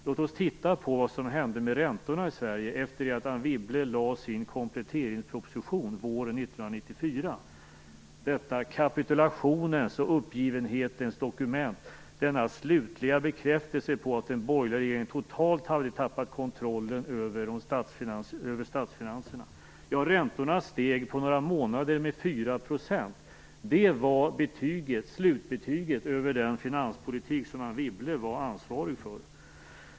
Låt oss titta på vad som hände med räntorna i Sverige efter att Anne Wibble lade fram sin kompletteringsproposition våren 1994 - detta kapitulationens och uppgivenhetens dokument, denna slutliga bekräftelse på att den borgerliga regeringen totalt hade tappat kontrollen över statsfinanserna. Räntorna steg på med 4 % på några månader. Det var slutbetyget på den finanspolitik som Anne Wibble var ansvarig för.